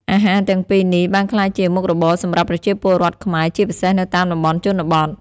អាហារទាំងពីរនេះបានក្លាយជា មុខរបរ សម្រាប់ប្រជាពលរដ្ឋខ្មែរ ជាពិសេសនៅតាមតំបន់ជនបទ។